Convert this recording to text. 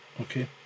okay